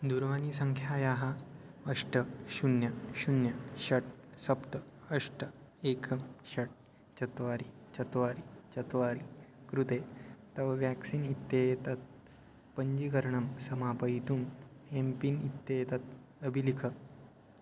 दूरवानीसङ्ख्यायाः अष्ट शून्यं शून्यं षट् सप्त अष्ट एकं षट् चत्वारि चत्वारि चत्वारि कृते तव व्याक्सीन् इत्येतत् पञ्जीकरणं समापयितुम् एम् पिन् इत्येतत् अभिलिख